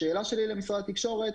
השאלה שלי למשרד התקשורת.